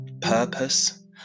purpose